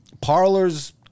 Parlors